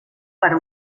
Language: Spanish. para